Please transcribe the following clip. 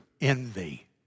envy